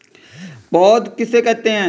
पौध किसे कहते हैं?